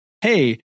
hey